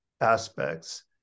aspects